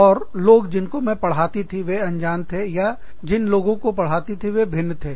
और लोग जिनको मैं पढ़ाती थी वे अनजान थे या जिन लोगों को पढ़ाती थी वे भिन्न थे